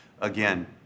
again